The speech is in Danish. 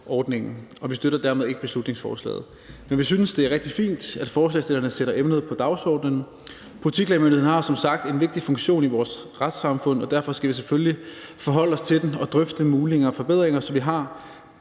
og vi støtter dermed ikke beslutningsforslaget. Men vi synes, det er rigtig fint, at forslagsstillerne sætter emnet på dagsordenen. Politiklagemyndigheden har som sagt en vigtig funktion i vores retssamfund, og derfor skal vi selvfølgelig forholde os til den og drøfte muligheder for forbedringer, så vi har